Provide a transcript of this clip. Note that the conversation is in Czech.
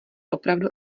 opravdu